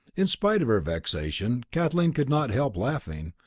in spite of her vexation, kathleen could not help laughing.